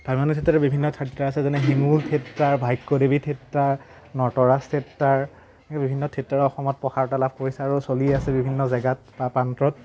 ভ্ৰাম্যমান থিয়েটাৰত বিভিন্ন থিয়েটাৰ আছে যেনে হেঙুল থিয়েটাৰ ভাগ্যদেৱী থিয়েটাৰ নটৰাজ থিয়েটাৰ এই বিভিন্ন থিয়েটাৰৰ অসমত প্ৰসাৰতা লাভ কৰিছে আৰু চলি আছে বিভিন্ন জেগাত বা প্ৰান্তত